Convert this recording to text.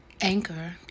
Anchor